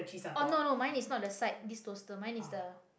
oh no no mine is not the side this toaster mine is the